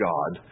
God